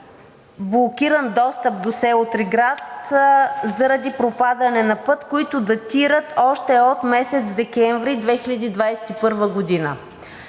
блокиран достъп до село Триград заради пропадане на път, които датират още от месец декември 2021 г.